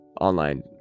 online